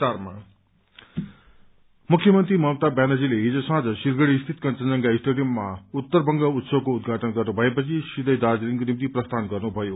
CM मुख्यमंत्री ममता व्यानर्जीले हिज साँझ सिलवट़ीस्थित कंचनजंघा स्टेडियममा उत्तर बंग उत्सवको उद्धाटन गर्नुभएपछि सीथै दार्जीलिङको निम्ति प्रसीन गर्नुभयो